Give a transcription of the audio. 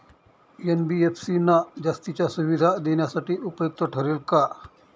NBFC ना जास्तीच्या सुविधा देण्यासाठी उपयुक्त ठरेल का?